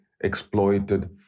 exploited